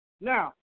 Now